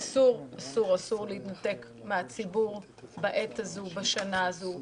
אסור להתנתק מן הציבור בעת הזו, בשנה הזו,